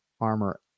armor